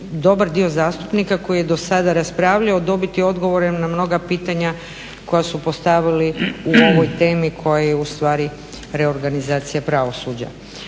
dobar dio zastupnika koji je do sada raspravljao dobiti odgovore na mnoga pitanja koja su postavili u ovoj temi koja je ustvari reorganizacija pravosuđa.